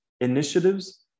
Initiatives